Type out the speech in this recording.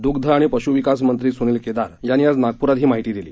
दुग्ध आणि पशुविकास मंत्री सुनील केदार यांनी आज नागपुरात ही माहिती दिली